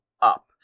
up